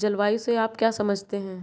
जलवायु से आप क्या समझते हैं?